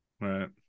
Right